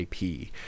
IP